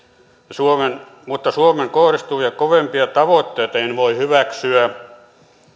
mutta suomeen kohdistuvia kovempia tavoitteita en voi hyväksyä